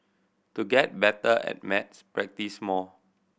to get better at maths practise more